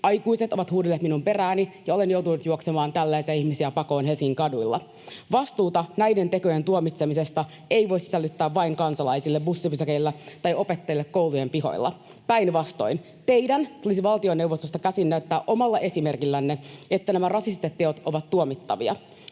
Aikuiset ovat huudelleet minun perääni, ja olen joutunut juoksemaan tällaisia ihmisiä pakoon Helsingin kaduilla. Vastuuta näiden tekojen tuomitsemisesta ei voi sälyttää vain kansalaisille bussipysäkeillä tai opettajille koulujen pihoilla. Päinvastoin, teidän tulisi valtioneuvostosta käsin näyttää omalla esimerkillänne, että nämä rasistiset teot ovat tuomittavia.